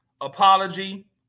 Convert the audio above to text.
Apology